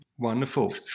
Wonderful